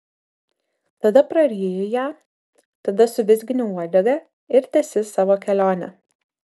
tada praryji ją tada suvizgini uodega ir tęsi savo kelionę